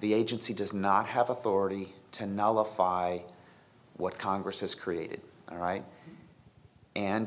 the agency does not have authority to nullify what congress has created all right and